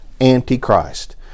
antichrist